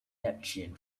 neptune